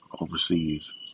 overseas